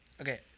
Okay